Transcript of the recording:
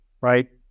right